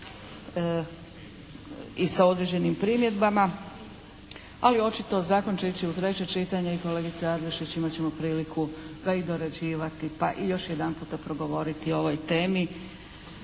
i sa određenim primjedbama, ali očito zakon će ići u treće čitanje i kolegice Adlešić imati ćemo priliku ga i dorađivati pa i još jedanputa progovoriti o ovoj temi.